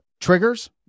triggers